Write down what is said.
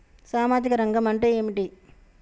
సామాజిక రంగం అంటే ఏమిటి?